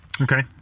Okay